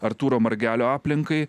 artūro margelio aplinkai